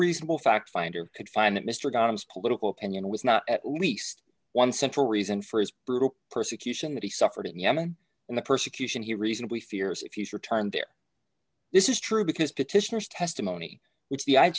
reasonable fact finder could find that mr gonna split opinion with not at least one central reason for his brutal persecution that he suffered in yemen and the persecution he reasonably fears if you return there this is true because petitioners testimony which the i